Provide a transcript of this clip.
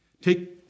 Take